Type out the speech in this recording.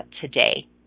today